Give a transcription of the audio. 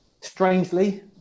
strangely